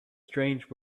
strange